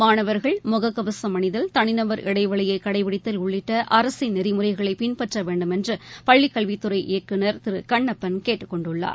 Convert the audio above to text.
மாணவர்கள் முக கவசம் அணிதல் தனிநபர் இடைவெளியை கடைபிடித்தல் உள்ளிட்ட அரசின் நெறிமுறைகளை பின்பற்ற வேண்டுமென்று பள்ளிக் கல்வித்துறை இயக்குநர் திரு கண்ணப்பள் கேட்டுக் கொண்டுள்ளார்